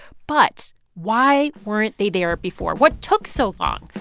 but why weren't they there before? what took so long?